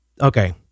Okay